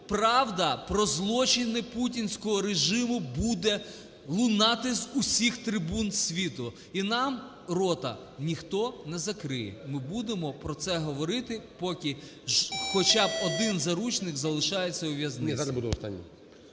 правда про злочини путінського режиму буде лунати з усіх трибун світу. І нам рота ніхто не закриє, ми будемо про це говорити, поки хоча б один заручник залишається у в'язниці.